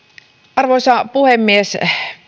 arvoisa puhemies